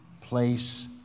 place